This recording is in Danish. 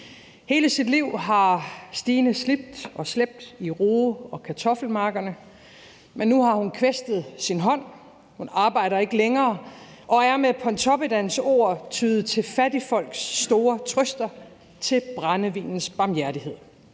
Hele sit liv har Stine slidt og slæbt i roe- og kartoffelmarkerne, men nu har hun kvæstet sin hånd. Hun arbejder ikke længere og er med Pontoppidans ord »tyet til fattigfolks store trøster, til brændevinens barmhjertighed«.